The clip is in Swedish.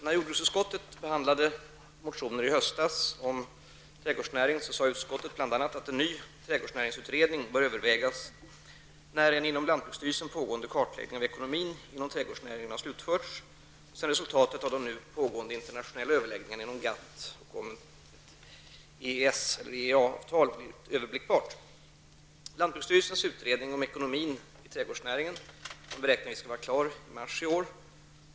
Vid jordbruksutskottets behandling i höstas av motioner om trädgårdsnäringen uttalade utskottet bl.a. att en ny trädgårdsnäringsutredning bör övervägas när en inom lantbruksstyrelsen pågående kartläggning av ekonomin inom trädgårdsnäringen slutförts och sedan resultatet av nu pågående internationella överläggningar inom GATT och om ett EEA-avtal, eller EES-avtal, blivit överblickbart. Lantbruksstyrelsens utredning om ekonomin inom trädgårdsnäringen beräknas vara klar i mars i år.